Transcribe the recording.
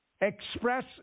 express